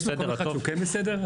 יש מקום אחד שהוא כן בסדר?